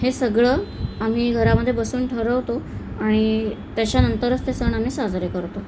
हे सगळं आम्ही घरामध्ये बसून ठरवतो आणि त्याच्यानंतरच ते सण आम्ही साजरे करतो